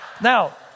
Now